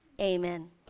amen